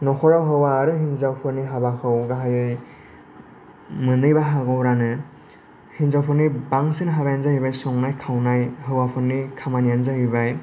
नखराव हौवा आरो हेन्जावफोरनि हाबाखौ गाहायै मोननै बाहागोआव रानो हेन्जावफोरनि बांसिन हाबायानो जाहैबाय संनाय खावनाय हौवाफोरनि खामानिआनो जाहैबाय